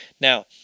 now